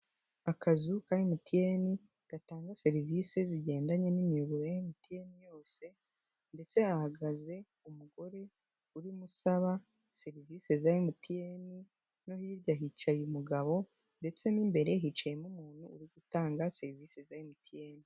Akazu ka MTN gatanga serivisi zigendanye n'imiyoboro ya MTN yose ndetse hahagaze umugore urimo usaba serivisi za MTN no hirya hicaye umugabo ndetse n'imbere hicayemo umuntu uri gutanga serivisi za MTN.